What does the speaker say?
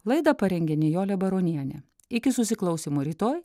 laidą parengė nijolė baronienė iki susiklausymo rytoj